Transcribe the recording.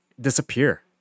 disappear